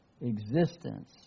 existence